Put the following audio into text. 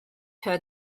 her